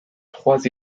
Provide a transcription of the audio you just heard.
trois